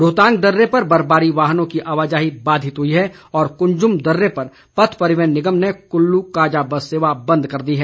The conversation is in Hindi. रोहतांग दर्रे पर बर्फबारी वाहनों की आवाजाही बाधित हुई है और कुंजम दर्रे पर पथ परिवहन निगम ने कुल्लू काजा बस सेवा बंद कर दी है